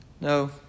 No